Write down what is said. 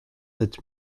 sept